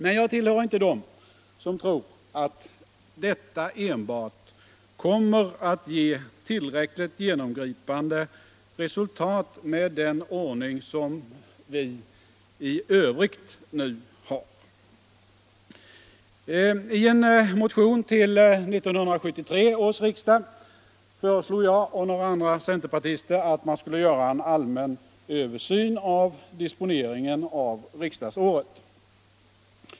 Men jag tillhör inte dem som tror att enbart detta kommer att ge tillräckligt genomgripande resultat med den ordning som vi i övrigt nu har. I en motion till 1973 års riksdag föreslog jag och några andra centerpartister en allmän översyn av disponeringen av riksdagsåret.